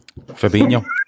Fabinho